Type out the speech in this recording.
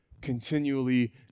continually